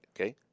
okay